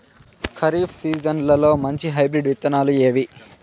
ఖరీఫ్ సీజన్లలో మంచి హైబ్రిడ్ విత్తనాలు ఏవి